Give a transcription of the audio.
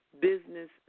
business